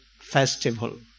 festival